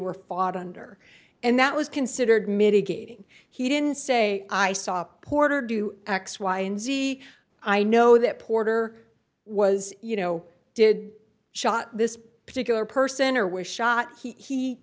were fought under and that was considered mitigating he didn't say i saw quarter do x y and z i know that porter was you know did shot this particular person or was shot he